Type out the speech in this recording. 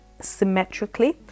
symmetrically